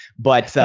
but,